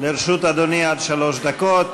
לרשות אדוני עד שלוש דקות.